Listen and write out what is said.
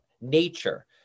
nature